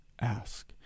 Ask